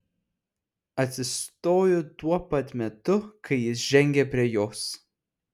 atsistojo tuo pat metu kai jis žengė prie jos